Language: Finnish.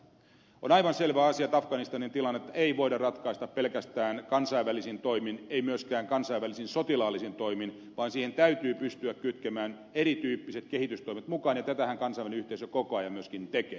on aivan selvä asia että afganistanin tilannetta ei voida ratkaista pelkästään kansainvälisin toimin ei myöskään kansainvälisin sotilaallisin toimin vaan siihen täytyy pystyä kytkemään erityyppiset kehitystoimet mukaan ja tätähän kansainvälinen yhteisö koko ajan myöskin tekee